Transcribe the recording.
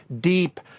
deep